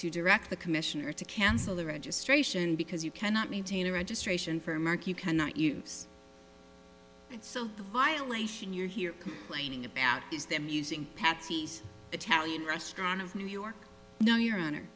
to direct the commission or to cancel the registration because you cannot maintain a registration for a mark you cannot use it so the violation you're here claiming about is them using patsy's italian restaurant of new york no your hon